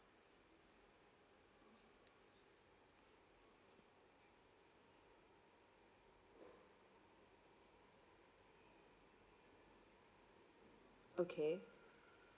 okay